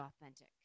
authentic